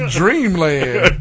dreamland